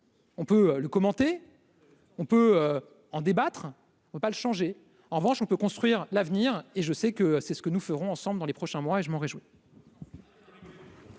On peut le commenter, on peut en débattre, oh pas le changer, en revanche on peut construire l'avenir et je sais que c'est ce que nous ferons ensemble dans les prochains mois et je m'en réjouis.